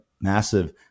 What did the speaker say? massive